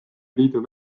liidu